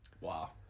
Wow